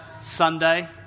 Sunday